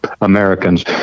Americans